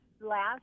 Last